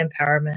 empowerment